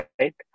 right